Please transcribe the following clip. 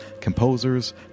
composers